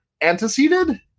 Anteceded